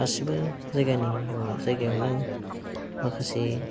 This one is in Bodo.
गासैबो जायगानि जायगायावनो माखासे